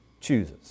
Chooses